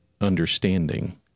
understanding